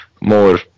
more